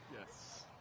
Yes